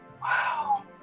Wow